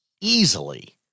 easily